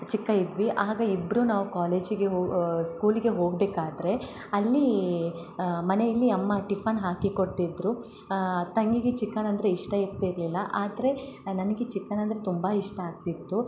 ಚಿಕ್ಕ ಇದ್ವಿ ಆಗ ಇಬ್ಬರು ನಾವು ಕಾಲೇಜಿಗೆ ಹೋ ಸ್ಕೂಲಿಗೆ ಹೋಗ್ಬೇಕಾದರೆ ಅಲ್ಲಿ ಮನೇಲಿ ಅಮ್ಮ ಟಿಫನ್ ಹಾಕಿ ಕೊಡ್ತಿದ್ದರು ತಂಗಿಗೆ ಚಿಕನ್ ಅಂದರೆ ಇಷ್ಟ ಇರ್ತಿರಲಿಲ್ಲ ಆದರೆ ನನಗೆ ಚಿಕನ್ ಅಂದರೆ ತುಂಬಾ ಇಷ್ಟ ಆಗ್ತಿತ್ತು